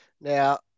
Now